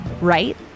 right